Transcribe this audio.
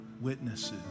witnesses